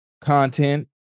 content